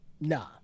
nah